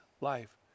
life